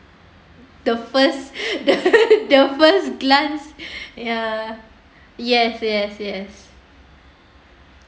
the first the first glance ya yes yes yes